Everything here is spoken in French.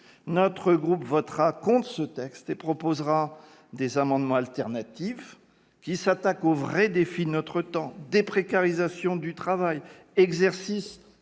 notre groupe votera contre ce texte et proposera des amendements alternatifs visant à s'attaquer aux vrais défis de notre temps : déprécarisation du travail, exercice